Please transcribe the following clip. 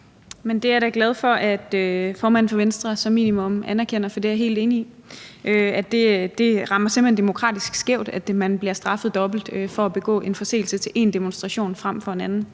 Det er jeg da glad for at formanden for Venstre som minimum anerkender, for det er jeg helt enig i. Det rammer simpelt hen demokratisk skævt, at man bliver straffet dobbelt for at begå en forseelse til én demonstration frem for en anden.